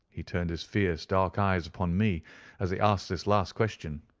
he turned his fierce dark eyes upon me as he asked this last question.